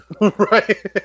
Right